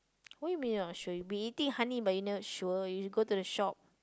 what you mean you not sure you have been eating honey but you not sure you should go to the shop